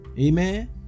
Amen